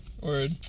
Word